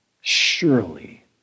Surely